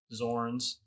Zorns